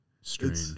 Strange